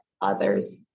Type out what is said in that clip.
others